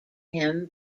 him